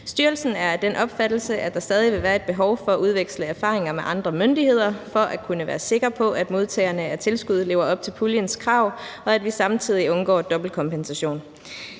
Styrelsen er af den opfattelse, at der stadig vil være et behov for at udveksle erfaringer med andre myndigheder for at kunne være sikker på, at modtagerne af tilskuddet lever op til puljens krav, og at vi samtidig undgår dobbeltkompensation.